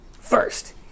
first